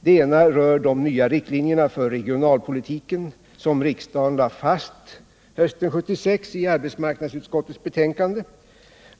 Det ena rör de nya riktlinjer för regionalpolitiken, som riksdagen lade fast hösten 1976 i arbetsmarknadsutskottets betänkande.